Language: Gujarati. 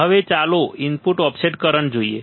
હવે ચાલો ઇનપુટ ઓફસેટ કરંટ જોઈએ